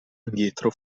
indietro